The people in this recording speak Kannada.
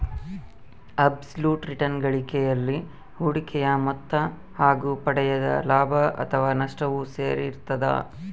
ಅಬ್ಸ್ ಲುಟ್ ರಿಟರ್ನ್ ಗಳಿಕೆಯಲ್ಲಿ ಹೂಡಿಕೆಯ ಮೊತ್ತ ಹಾಗು ಪಡೆದ ಲಾಭ ಅಥಾವ ನಷ್ಟವು ಸೇರಿರ್ತದ